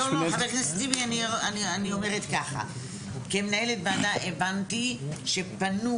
ח"כ טיבי אני אומרת ככה, כמנהלת ועדה הבנתי שפנו